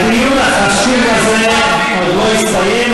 הדיון החשוב הזה עוד לא הסתיים,